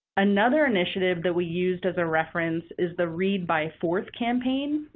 another initiative that we used as a reference is the read by fourth campaign,